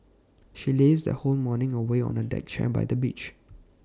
she lazed her whole morning away on A deck chair by the beach